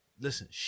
listen